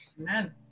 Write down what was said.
Amen